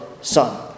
son